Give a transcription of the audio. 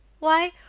why,